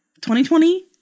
2020